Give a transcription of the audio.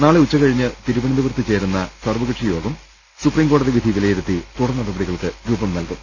നാളെ ഉച്ചകഴിഞ്ഞ് തിരുവനന്തപുരത്ത്ചേരുന്ന സർവകക്ഷി യോഗം സുപ്രീംകോടതിവിധി വിലയിരുത്തി തുടർ നടപടികൾക്ക് രൂപം നൽകും